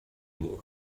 moore